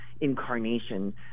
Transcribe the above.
incarnation